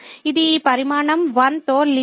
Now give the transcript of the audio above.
ఇది ఈ పరిమాణం 1 తో లిమిట్ చేయబడింది